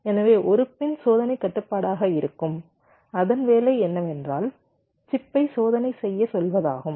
எனவே ஒரு பின் சோதனைக் கட்டுப்பாடாக இருக்கும் அதன் வேலை என்னவென்றால் சிப்பை சோதனை செய்ய சொல்வதாகும்